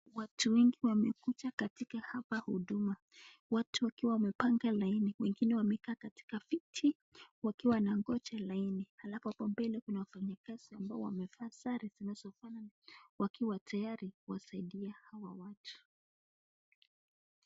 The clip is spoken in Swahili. Watu wengi wamekuja katika hapa huduma. Watu wakiwa wamepanga laini, wengine wamekaa katika viti wakiwa wanangoja laini. Alafu hapo mbele kuna wafanyikazi ambao wamevaa sare zinazofanana wakiwa tayari kuwasaidia hawa watu.